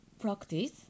practice